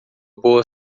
boa